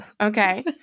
Okay